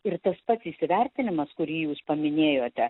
ir tas pats įsivertinimas kurį jūs paminėjote